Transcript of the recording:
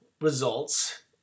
results